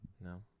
No